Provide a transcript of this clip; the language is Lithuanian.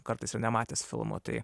kartais ir nematęs filmo tai